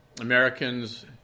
Americans